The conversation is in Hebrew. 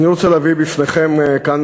אני רוצה להביא בפניכם כאן,